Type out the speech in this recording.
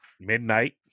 midnight